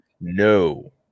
No